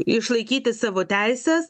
išlaikyti savo teises